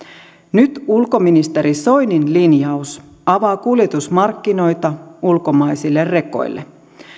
nyt ulkoministeri soinin linjaus avaa kuljetusmarkkinoita ulkomaisille rekoille